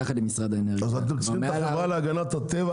יחד עם משרד האנרגיה --- אבל אתם צריכים את החברה להגנת הטבע,